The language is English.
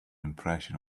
impression